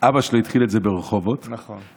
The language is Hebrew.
אבא שלו התחיל את זה ברחובות, כפיילוט,